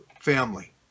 family